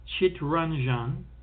Chitranjan